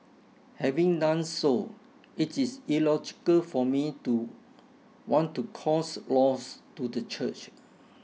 having done so it is illogical for me to want to cause loss to the church